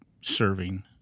serving